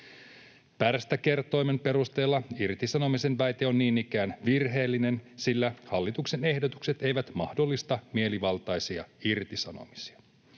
Pärstäkertoimen perusteella irtisanomisen väite on niin ikään virheellinen, sillä hallituksen ehdotukset eivät mahdollista mielivaltaisia irtisanomisia.